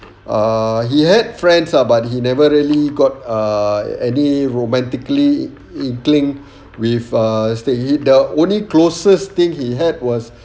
ah he had friends ah but he never really got ah any romantically linked with uh see the only closest thing he had was